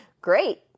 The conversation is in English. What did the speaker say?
Great